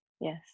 Yes